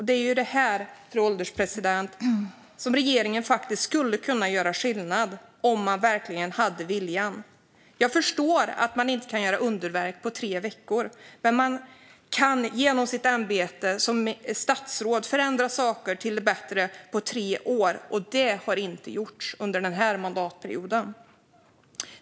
Det är här, fru ålderspresident, som regeringen faktiskt skulle kunna göra skillnad om man verkligen hade viljan. Jag förstår att man inte kan göra underverk på tre veckor, men man kan genom sitt ämbete som statsråd förändra saker till det bättre på tre år. Det har inte gjorts under den här mandatperioden.